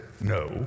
no